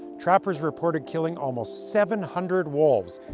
trappers reported killing almost seven hundred wolves,